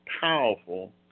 powerful